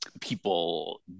people